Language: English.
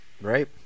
right